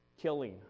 killing